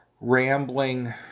rambling